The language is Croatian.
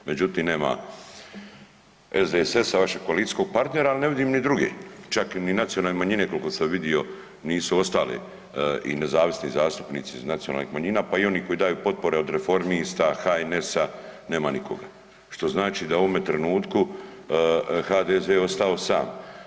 Međutim, nema SDSS-a vašeg koalicijskog partnera, ali ne vidim ni druge, čak ni nacionalne manjine, kolko sam vidio, nisu ostale i nezavisni zastupnici iz nacionalnih manjina, pa i oni koji daju potpore od Reformista, HNS-a nema nikoga, što znači da je u ovom trenutku HDZ ostao sam.